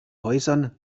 häusern